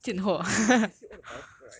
no but like but like I see all the bio people right